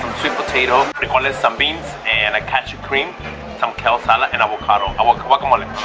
potato all this some beans and attach it cream some kale salad and avocado guacamole